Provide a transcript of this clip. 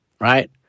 right